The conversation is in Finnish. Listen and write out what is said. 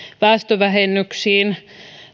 päästövähennyksiin